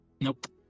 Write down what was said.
Nope